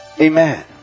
Amen